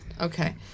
Okay